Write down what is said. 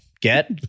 get